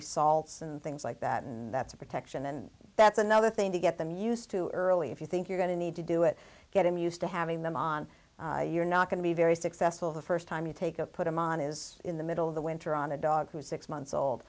be salts and things like that and that's a protection and that's another thing to get them used too early if you think you're going to need to do it get him used to having them on you're not going to be very successful the first time you take a put him on is in the middle of the winter on a dog who's six months old